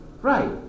right